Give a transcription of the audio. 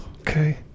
Okay